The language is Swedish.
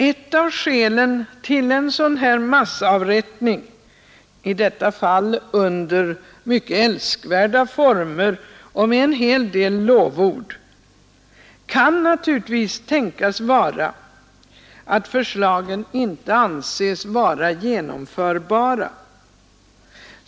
Ett av skälen till en sådan här massavrättning, i detta fall under mycket älskvärda former och med en hel del lovord, kan naturligtvis tänkas vara att förslagen inte anses genomförbara.